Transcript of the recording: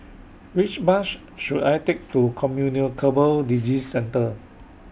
Which Bus should I Take to Communicable Disease Centre